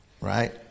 right